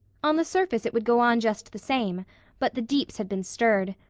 on the surface it would go on just the same but the deeps had been stirred.